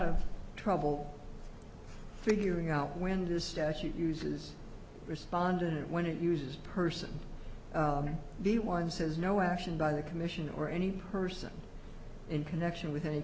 of trouble figuring out when the statute uses respondent when it uses person b one says no action by the commission or any person in connection with any